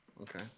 Okay